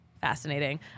fascinating